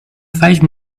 five